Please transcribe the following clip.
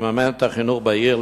לממן את החינוך בעיר,